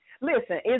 Listen